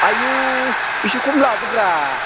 आयु एसे खम लादोब्रा